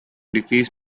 decrease